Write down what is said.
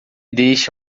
deixe